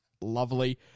lovely